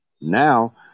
now